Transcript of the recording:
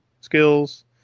skills